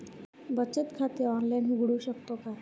बचत खाते ऑनलाइन उघडू शकतो का?